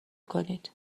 کنید